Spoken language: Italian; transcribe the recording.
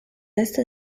est